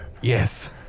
Yes